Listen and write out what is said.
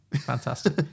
Fantastic